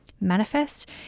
manifest